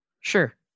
sure